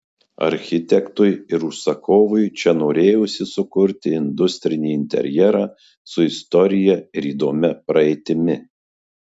architektui ir užsakovui čia norėjosi sukurti industrinį interjerą su istorija ir įdomia praeitimi